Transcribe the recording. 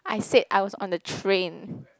I said I was on the train